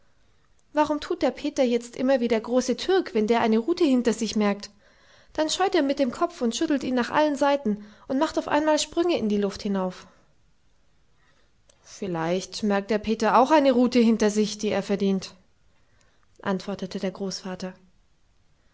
warum tut der peter jetzt immer wie der große türk wenn der eine rute hinter sich merkt dann scheut er mit dem kopf und schüttelt ihn nach allen seiten und macht auf einmal sprünge in die luft hinauf vielleicht merkt der peter auch eine rute hinter sich die er verdient antwortete der großvater